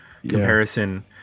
comparison